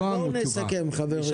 אבל בואו נסכם, חברים.